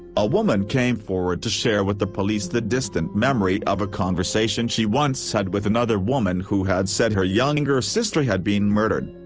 a woman came forward to share with the police the distant memory of a conversation she once had with another woman who had said her younger sister had been murdered.